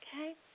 Okay